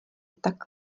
tak